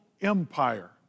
empire